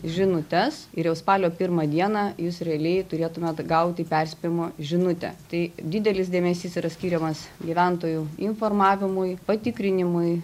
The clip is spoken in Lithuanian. žinutes ir jau spalio pirmą dieną jūs realiai turėtumėt gauti perspėjimo žinutę tai didelis dėmesys yra skiriamas gyventojų informavimui patikrinimui